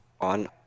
on